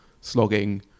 slogging